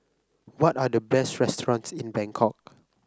what are the best restaurants in Bangkok